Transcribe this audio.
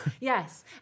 Yes